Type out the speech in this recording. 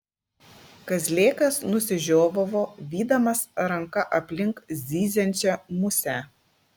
kazlėkas nusižiovavo vydamas ranka aplink zyziančią musę